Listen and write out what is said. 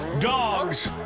dogs